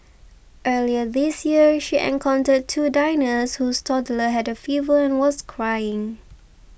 earlier this year she encountered two diners whose toddler had a fever and was crying